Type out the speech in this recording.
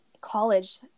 college